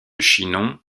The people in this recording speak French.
chinon